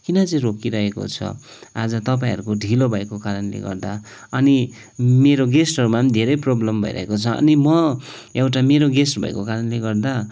किन चाहिँ रोकिरहेको छ आज तपाईँहरूको ढिलो भएको कारणले गर्दा अनि मेरो गेस्टहरूमा पनि धेरै प्रोब्लम भइरहेको छ अनि म एउटा मेरो गेस्ट भएको कारणले गर्दा